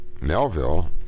Melville